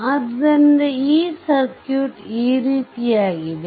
ಆದ್ದರಿಂದ ಈ ಸರ್ಕ್ಯೂಟ್ ಈ ರೀತಿಯಾಗಿದೆ